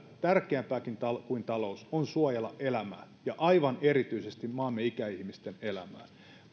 tärkeämpääkin kuin taloutta on suojella elämää ja aivan erityisesti maamme ikäihmisten elämää